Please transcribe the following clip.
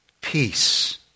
Peace